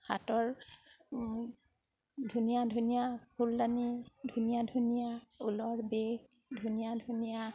হাতৰ ধুনীয়া ধুনীয়া ফুলদানি ধুনীয়া ধুনীয়া ঊলৰ বেগ ধুনীয়া ধুনীয়া